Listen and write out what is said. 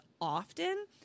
often